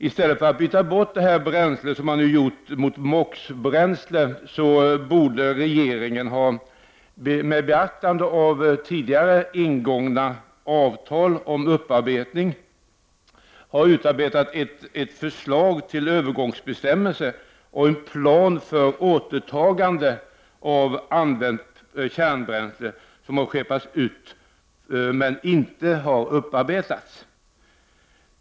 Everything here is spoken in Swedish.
I stället för att som man nu har gjort byta detta bränsle mot MOX-bränsle, borde regeringen, med beaktande av tidigare ingångna avtal om upparbetning, ha utarbetat ett förslag till övergångsbestämmelser och en plan för återtagande av använt kärnbränsle som har skeppats ut men inte har upparbetats.